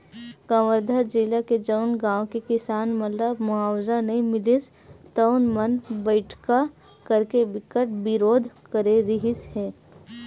कवर्धा जिला के जउन गाँव के किसान मन ल मुवावजा नइ मिलिस तउन मन बइठका करके बिकट बिरोध करे रिहिस हे